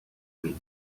with